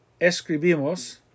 escribimos